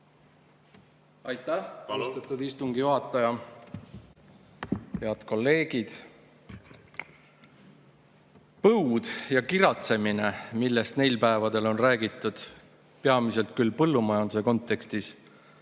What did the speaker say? Aitäh, austatud istungi juhataja! Head kolleegid! Põud ja kiratsemine, millest neil päevadel on räägitud peamiselt küll põllumajanduse kontekstis,